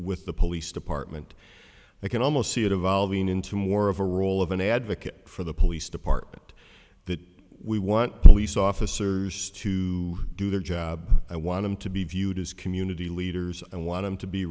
with the police department i can almost see it evolving into more of a role of an advocate for the police department that we want police officers to do their job i want him to be viewed as community leaders and want him to be